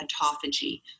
autophagy